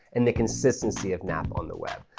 and the consistency of nap on the web.